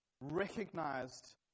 recognized